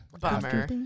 Bummer